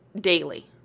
daily